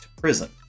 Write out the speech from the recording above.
prison